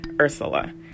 Ursula